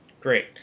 Great